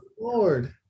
lord